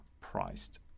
priced